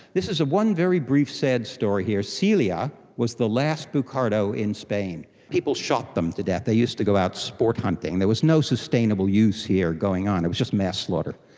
this is one very brief sad story here. celia was the last bucardo in spain. people shot them to death, they used to go out sport hunting and there was no sustainable use here going on, it was just mass slaughter,